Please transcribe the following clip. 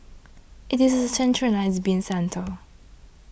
it is a centralised bin centre